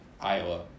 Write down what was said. Iowa